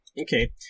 Okay